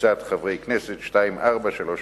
וקבוצת חברי הכנסת, מס' פ/2434/17.